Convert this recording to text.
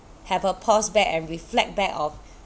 have a pause back and reflect back of